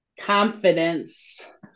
confidence